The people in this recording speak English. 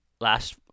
last